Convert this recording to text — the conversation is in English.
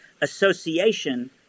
Association